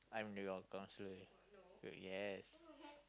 I'm your counseller y~ yes